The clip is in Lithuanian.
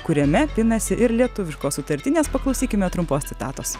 kuriame pinasi ir lietuviškos sutartinės paklausykime trumpos citatos